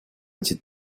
эти